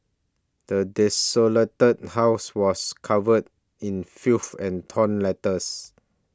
the desolated house was covered in filth and torn letters